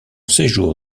séjour